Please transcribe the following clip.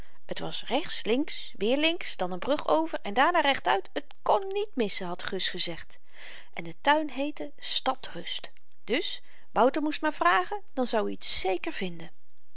t was rechts links weer links dan n brug over en daarna rechtuit het kon niet missen had gus gezegd en de tuin heette stad rust dus wouter moest maar vragen dan zou i t zeker vinden